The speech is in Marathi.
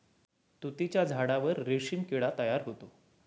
तुतीच्या झाडावर रेशीम किडा तयार होतो